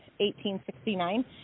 1869